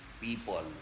people